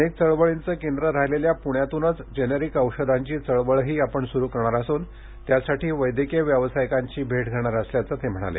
अनेक चळवळींचे केंद्र राहिलेल्या पुण्यातूनच जेनेरिक औषधांची चळवळही आपण सुरु करणार असून त्यासाठी वैद्यकीय व्यावसायिकांची भेट घेणार असल्याचं जावडेकर म्हणाले